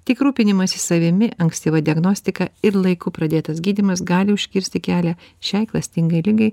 tik rūpinimasis savimi ankstyva diagnostika ir laiku pradėtas gydymas gali užkirsti kelią šiai klastingai ligai